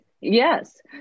Yes